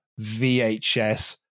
VHS